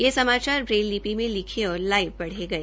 ये समाचार ब्रेल लिपी में लिखे और लाईव पढे गए